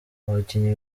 abakinnyi